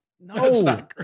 No